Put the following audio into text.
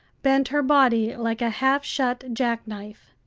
bent her body like a half-shut jack-knife.